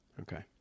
Okay